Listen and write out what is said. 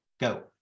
go